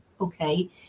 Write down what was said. okay